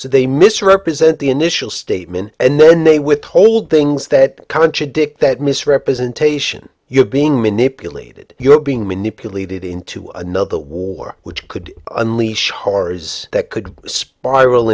so they misrepresent the initial statement and then they withhold things that contradict that misrepresentation you're being manipulated you're being manipulated into another war which could unleash horrors that could spiral